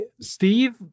Steve